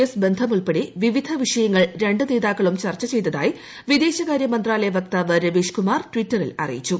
S ബന്ധം ഉൾപ്പെടെ വിവിധ വിഷയങ്ങൾ രണ്ടു നേതാക്കളും ചർച്ച ചെയ്തതായി വിദേശകാരൃ മന്ത്രാലയ വക്താവ് രവീഷ്കുമാർ ടിറ്ററിൽ അറിയിച്ചു